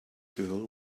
girl